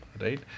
right